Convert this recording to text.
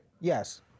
Yes